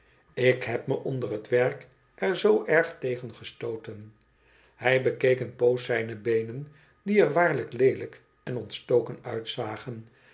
ik heb me onder het werk er zoo erg tegen gestooten hij bekeek een poos zijne beenen die er waarlijk leelijk en ontstoken uitzagen